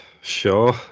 sure